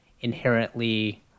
inherently